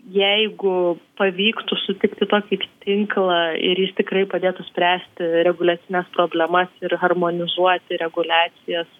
jeigu pavyktų sutikti tokį tinklą ir jis tikrai padėtų spręsti reguliacines problemas ir harmonizuoti reguliacijas